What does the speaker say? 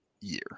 year